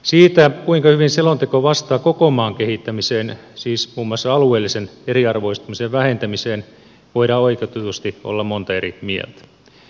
siitä kuinka hyvin selonteko vastaa koko maan kehittämiseen siis muun muassa alueellisen eriarvoistumisen vähentämiseen voidaan oikeutetusti olla monta eri mieltä